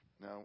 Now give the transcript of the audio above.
Now